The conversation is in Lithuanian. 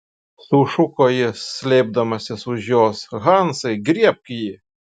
sušuko jis slėpdamasis už jos hansai griebk jį